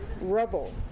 rubble